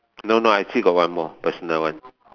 no no I still got one more personal one